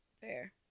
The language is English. Fair